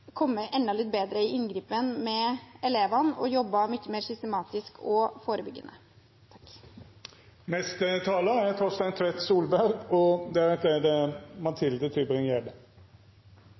enda litt bedre i inngripen med elevene og jobbet mye mer systematisk og forebyggende.